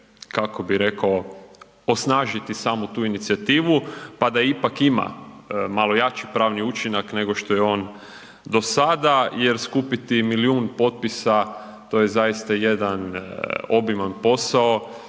kako bih rekao osnažiti samu tu inicijativu pa da ipak ima malo jači pravni učinak nego što je on do sada jer skupiti milijun potpisa to je zaista jedan obiman posao